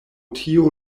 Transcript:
tio